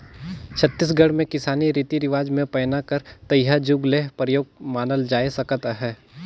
छत्तीसगढ़ मे किसानी रीति रिवाज मे पैना कर तइहा जुग ले परियोग मानल जाए सकत अहे